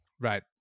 right